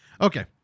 Okay